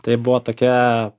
tai buvo tokia